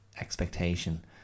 expectation